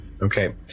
Okay